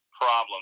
problem